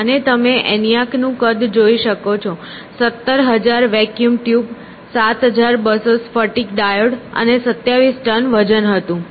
અને તમે ENIAC નું કદ જોઈ શકો છો 17000 વેક્યુમ ટ્યુબ 7 200 સ્ફટિક ડાયોડ અને 27 ટન વજન હતું